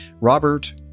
Robert